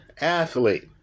athlete